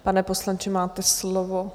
Pane poslanče, máte slovo.